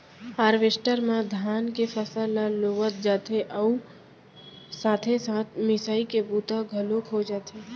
harvester म धान के फसल ल लुवत जाथे अउ साथे साथ मिसाई के बूता घलोक हो जाथे